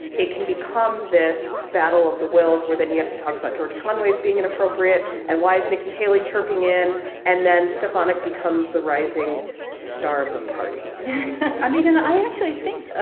it can become this battle of the wills, where then you have to talk about george conway's being an appropriate. and why is nikki haley chirping in and then stefanik becomes the rising star of the party i mean, i actually think, ah